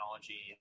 technology